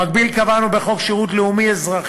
במקביל קבענו בחוק שירות לאומי-אזרחי,